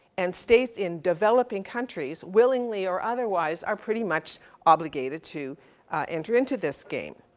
and states in developing countries, willingly or otherwise, are pretty much obligated to enter into this game.